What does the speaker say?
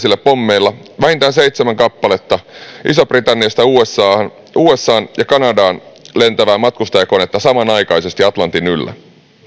nestemäisillä pommeilla vähintään seitsemän kappaletta isosta britanniasta usahan ja kanadaan lentävää matkustajakonetta samanaikaisesti atlantin yllä